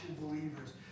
believers